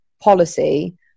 policy